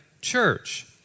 church